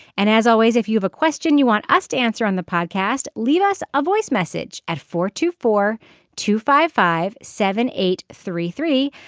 and as always if you have a question you want us to answer on the podcast. leave us a voice message at four two four two five five seven eight three three.